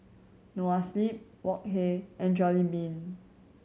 Noa Sleep Wok Hey and Jollibean